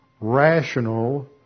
rational